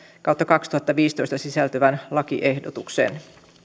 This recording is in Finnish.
kautta kahdentuhannenviidentoista sisältyvän lakiehdotuksen